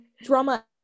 drama